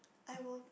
I will